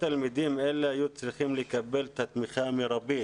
היו צריכים לקבל את התמיכה המרבית,